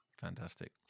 Fantastic